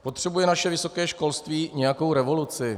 Potřebuje naše vysoké školství nějakou revoluci?